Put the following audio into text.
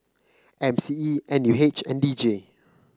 M C E N U H and D J